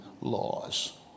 laws